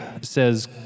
says